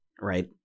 right